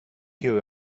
hear